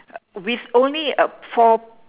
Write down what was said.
with only a four